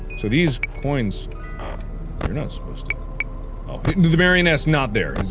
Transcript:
so these coins are not supposed to oh, but and the marionette is not there,